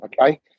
okay